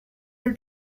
your